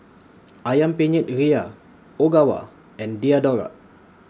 Ayam Penyet Ria Ogawa and Diadora